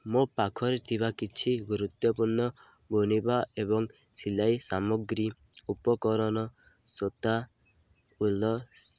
ମୋ ପାଖରେ ଥିବା କିଛି ଗୁରୁତ୍ୱପୂର୍ଣ୍ଣ ବୁଣିବା ଏବଂ ସିଲାଇ ସାମଗ୍ରୀ ଉପକରଣ ସୂତା ଫୁଲ